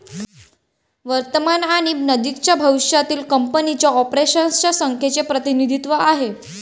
वर्तमान आणि नजीकच्या भविष्यातील कंपनीच्या ऑपरेशन्स च्या संख्येचे प्रतिनिधित्व आहे